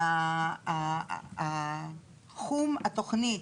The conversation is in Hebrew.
שתחום התוכנית,